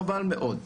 חבל מאוד.